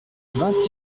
vingt